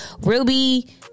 Ruby